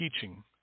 teaching